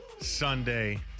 Sunday